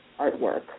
artwork